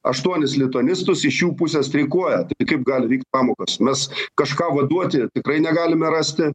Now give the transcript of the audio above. aštuonis lituanistus iš jų pusė streikuoja tai kaip gali vykt pamokos mes kažką vaduoti tikrai negalime rasti